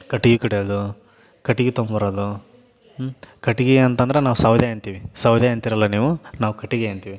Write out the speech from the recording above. ಕಟ್ಗೆ ಕಡಿಯೋದು ಕಟ್ಟಿಗೆ ತೊಗೊಂಬರೋದು ಹ್ಞೂ ಕಟ್ಟಿಗೆ ಅಂತಂದ್ರೆ ನಾವು ಸೌದೆ ಅಂತೀವಿ ಸೌದೆ ಅಂತೀರಲ್ವ ನೀವು ನಾವು ಕಟ್ಟಿಗೆ ಅಂತೀವಿ